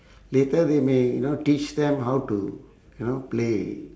later they may you know teach them how to you know play